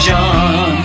John